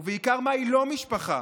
ובעיקר, מהי לא משפחה.